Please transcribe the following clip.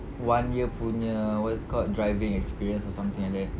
one year punya what is it called driving experience or something like that